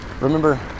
remember